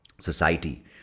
society